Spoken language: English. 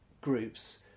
groups